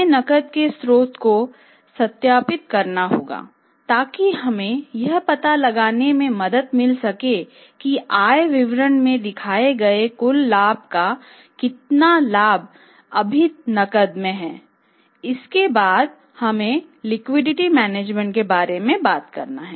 हमें नकद के स्रोतों को सत्यापित करना होगा ताकि हमें यह पता लगाने में मदद मिल सके कि आय विवरण के बारे में बात की